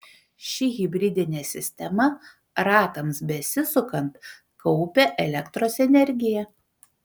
ši hibridinė sistema ratams besisukant kaupia elektros energiją